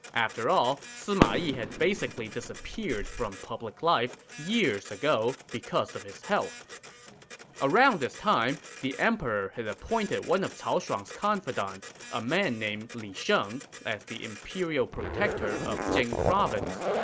after all, sima yi had basically disappeared from public life years ago because of his health around this time, the emperor had appointed one of cao shuang's confidants, a man named li sheng, as the imperial protector of jing province.